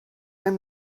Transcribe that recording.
i’m